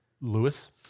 Lewis